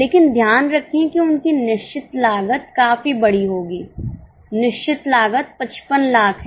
लेकिन ध्यान रखें कि उनकी निश्चित लागत काफी बड़ी होगी निश्चित लागत 55 लाख है